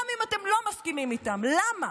גם אם אתם לא מסכימים איתם, למה?